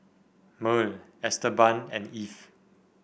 Merl Esteban and Eve